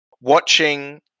watching